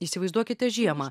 įsivaizduokite žiemą